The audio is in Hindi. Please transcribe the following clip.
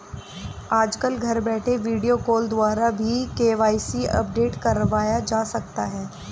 आजकल घर बैठे वीडियो कॉल द्वारा भी के.वाई.सी अपडेट करवाया जा सकता है